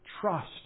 Trust